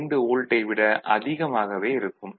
5 வோல்ட்டை விட அதிகமாகவே இருக்கும்